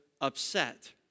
upset